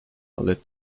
led